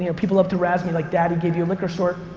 you know people love to razz me, like dad gave you a liquor store,